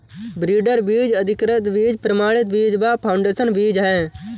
breeder बीज, अधिकृत बीज, प्रमाणित बीज व फाउंडेशन बीज है